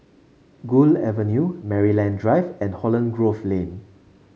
Gul Avenue Maryland Drive and Holland Grove Lane